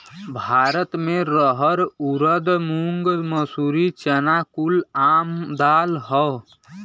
भारत मे रहर ऊरद मूंग मसूरी चना कुल आम दाल हौ